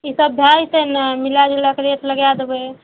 ईसब भए जएतै ने मिलै जुलैके रेट लगै देबै